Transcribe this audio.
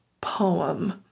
poem